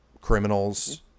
Criminals